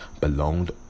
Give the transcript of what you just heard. belonged